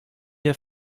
der